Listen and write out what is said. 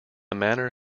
manner